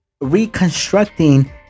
reconstructing